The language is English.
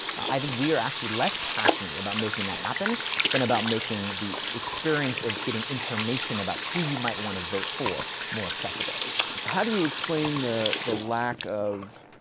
i think we are actually less passionate and about making that happen than about making the experience of getting information about who you might want to vote for more accessible. heffner how do you explain the, the lack of,